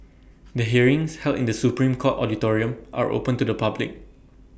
the hearings held in the Supreme court auditorium are open to the public